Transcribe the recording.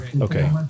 Okay